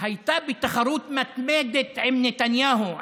הייתה בתחרות מתמדת עם נתניהו,